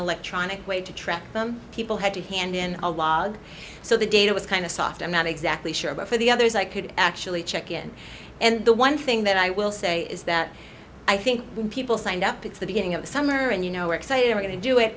electronic way to track them people had to hand in a log so the data was kind of soft i'm not exactly sure but for the others i could actually check in and the one thing that i will say is that i think when people signed up it's the beginning of the summer and you know work say they're going to do it